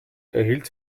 erhielt